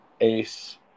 Ace